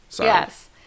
Yes